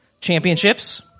championships